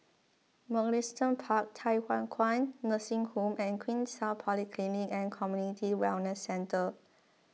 Mugliston Park Thye Hua Kwan Nursing Home and Queenstown Polyclinic and Community Wellness Centre